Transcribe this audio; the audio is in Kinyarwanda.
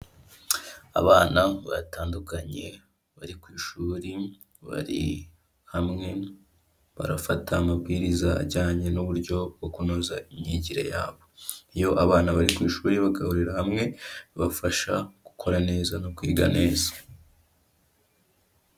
Abana batandukanye bari ku ishuri bari hamwe barafata amabwiriza ajyanye n'uburyo bwo kunoza imyigire yabo, iyo abana bari ku ishuri bagahurira hamwe bibafasha gukora neza no kwiga neza.